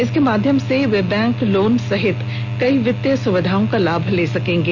इसके माध्यम से वे बैंक लोन सहित कई वित्तीय सुविधाओं का लाभ ले सकेंगे